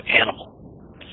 animal